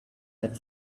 that